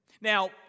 Now